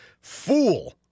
fool